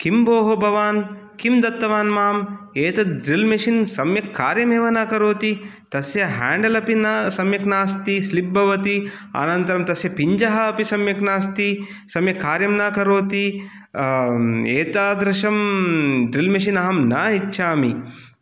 किं भोः भवान् किं दत्तवान् मां एतद् ड्रील् मशीन् सम्यक् कार्यमेव न करोति तस्य हाण्डलपि न सम्यक् नास्ति स्लिप् भवति अनन्तरं तस्य पिञ्जः अपि सम्यक् नास्ति सम्यक् कार्यं न करोति एतादृशं ड्रील् ड्रील् मशीन् अहं न इच्छामि